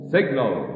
Signal